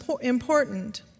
important